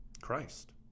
Christ